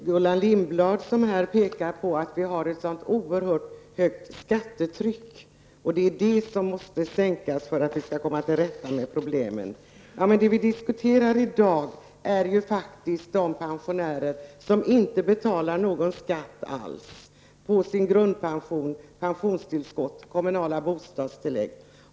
Herr talman! Gullan Lindblad pekar på att vi har ett så oerhört högt skattetryck och att det måste sänkas för att vi skall komma till rätta med problemen. Men vad vi diskuterar i dag är ju faktiskt de pensionärer som inte betalar någon skatt alls på grundpension, pensionstillskott och kommunala bostadstillägg.